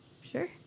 sure